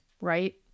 Right